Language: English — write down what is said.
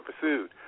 pursued